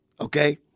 okay